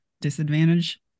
disadvantage